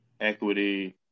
Equity